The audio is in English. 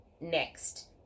next